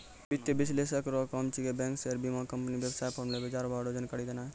वित्तीय विश्लेषक रो काम छिकै बैंक शेयर बीमाकम्पनी वेवसाय फार्म लेली बजारभाव रो जानकारी देनाय